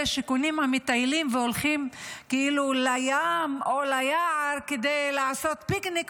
שקונים המטיילים והולכים לים או ליער כדי לעשות פיקניק,